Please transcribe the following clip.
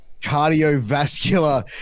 cardiovascular